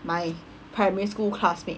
my primary school classmate